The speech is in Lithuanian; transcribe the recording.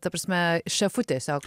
ta prasme šefu tiesiog